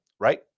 Right